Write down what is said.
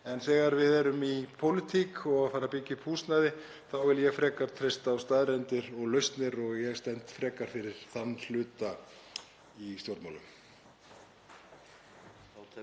En þegar við erum í pólitík og að fara að byggja upp húsnæði þá vil ég frekar treysta á staðreyndir og lausnir og ég stend frekar fyrir þann hluta í stjórnmálum.